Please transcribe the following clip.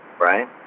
right